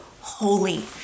holy